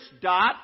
dot